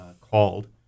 called